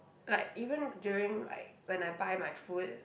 like even during like when I buy my food